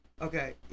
Okay